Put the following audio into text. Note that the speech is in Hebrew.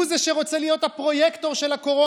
הוא זה שרוצה להיות הפרויקטור של הקורונה?